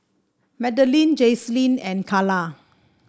Magdalene Jaclyn and Kala